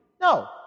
No